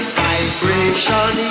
vibration